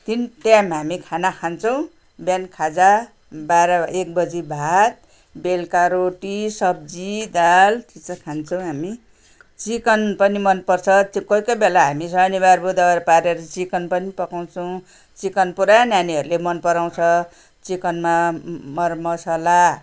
तिन टाइम हामी खाना खान्छौँ बिहान खाजा बाह्र एक बजी भात बेलुका रोटी सब्जी दाल त्यो सब खान्छौँ हामी चिकन पनि मन पर्छ कोही कोही बेला हामी शनिवार बुधवार पारेर हामी चिकन पनि पकाउँछौँ चिकन पुरा नानीहरूले मन पराउँछ चिकनमा मरमसाला